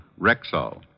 Rexall